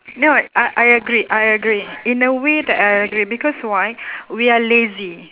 no I I agree I agree in a way that I agree because why we are lazy